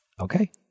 Okay